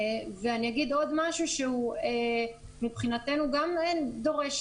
אני אגיד עוד משהו שהוא מבחינתנו גם דורש